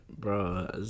Bro